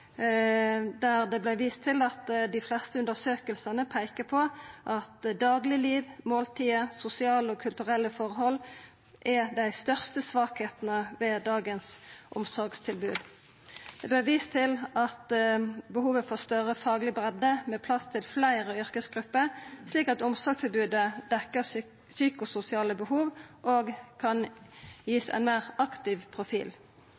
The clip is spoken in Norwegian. der det vart vist til at dei fleste undersøkingane peikar på at daglegliv, måltider, sosiale og kulturelle forhold er dei største svakheitene ved dagens omsorgstilbod. Det vart vist til behovet for større fagleg breidde med plass til fleire yrkesgrupper, slik at omsorgstilbodet dekkjer psykososiale behov og kan givast ein meir aktiv profil.